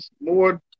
more